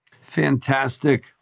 Fantastic